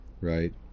right